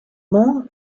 monts